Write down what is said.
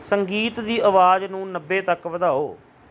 ਸੰਗੀਤ ਦੀ ਆਵਾਜ਼ ਨੂੰ ਨੱਬੇ ਤੱਕ ਵਧਾਓ